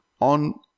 on